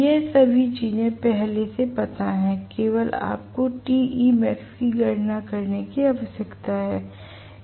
यह सभी चीजें पहले से पता है केवल आपको Temax की गणना करने की आवश्यकता है